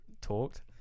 talked